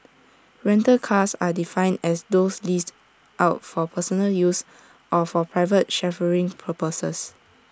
rental cars are defined as those leased out for personal use or for private chauffeuring purposes